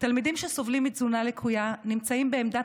תלמידים שסובלים מתזונה לקויה "נמצאים בעמדת